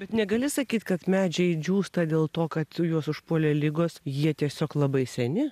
bet negali sakyt kad medžiai džiūsta dėl to kad juos užpuolė ligos jie tiesiog labai seni